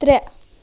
ترٛےٚ